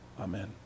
Amen